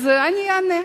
אז אני אענה,